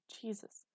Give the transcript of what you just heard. Jesus